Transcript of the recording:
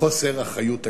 חוסר אחריות היום.